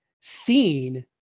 seen